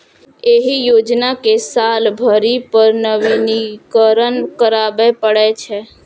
एहि योजना कें साल भरि पर नवीनीकरण कराबै पड़ै छै